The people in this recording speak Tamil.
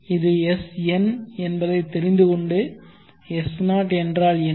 இது Sn என்பதை தெரிந்துகொண்டு S0 என்றால் என்ன